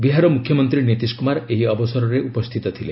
ବିହାର ମୁଖ୍ୟମନ୍ତ୍ରୀ ନୀତିଶ କୁମାର ଏହି ଅବସରରେ ଉପସ୍ଥିତ ଥିଲେ